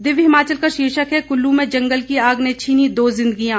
दिव्य हिमाचल का शीर्षक है कुल्लू में जंगल की आग ने छीनीं दो जिन्दगियां